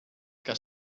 que